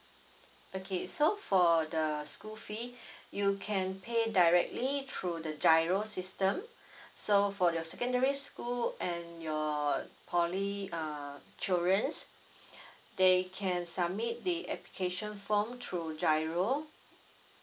okay so for the school fee you can pay directly through the giro system so for the secondary school and your poly err children's they can submit the application form through giro